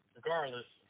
Regardless